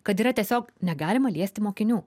kad yra tiesiog negalima liesti mokinių